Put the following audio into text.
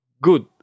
good